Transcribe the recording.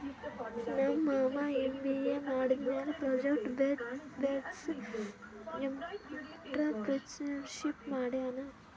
ನಮ್ ಮಾಮಾ ಎಮ್.ಬಿ.ಎ ಮಾಡಿದಮ್ಯಾಲ ಪ್ರೊಜೆಕ್ಟ್ ಬೇಸ್ಡ್ ಎಂಟ್ರರ್ಪ್ರಿನರ್ಶಿಪ್ ಮಾಡ್ಯಾನ್